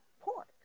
pork